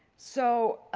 so